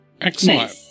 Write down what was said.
Excellent